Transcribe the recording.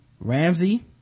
Ramsey